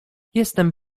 jestem